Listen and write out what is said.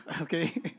okay